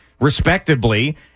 respectably